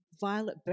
Violet